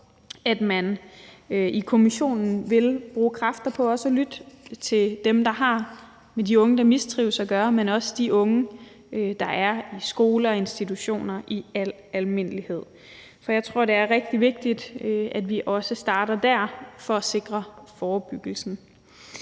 at man i kommissionen vil bruge kræfter på også at lytte til dem, der har med de unge, der mistrives, at gøre, men også de unge, der er i skoler og institutioner i al almindelighed. For jeg tror, det er rigtig vigtigt, at vi også starter dér for at sikre forebyggelsen.